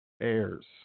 heirs